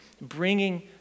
bringing